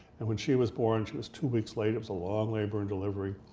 and when she was born she was two weeks late, it was a long labor and delivery.